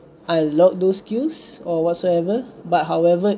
I laud those skills or whatsoever but however